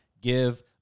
give